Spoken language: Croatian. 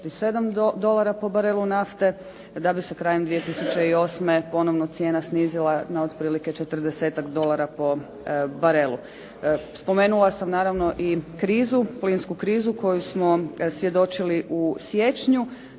147 dolara po barelu nafte, da bi se krajem 2008. ponovno cijena snizila na otprilike 40-ak dolara po barelu. Spomenula sam naravno i krizu, plinsku krizu koju smo svjedočili u siječnju.